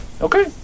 Okay